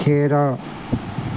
खेरा